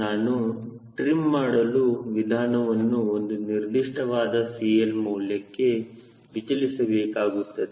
ನಾನು ಟ್ರಿಮ್ ಮಾಡಲು ವಿಮಾನವನ್ನು ಒಂದು ನಿರ್ದಿಷ್ಟವಾದ Cl ಮೌಲ್ಯಕ್ಕೆ ವಿಚಲಿಸಬೇಕಾಗುತ್ತದೆ